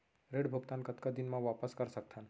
ऋण भुगतान कतका दिन म वापस कर सकथन?